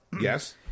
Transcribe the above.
Yes